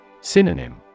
Synonym